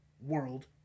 World